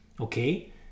okay